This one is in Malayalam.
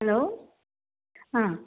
ഹലോ ആ